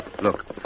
Look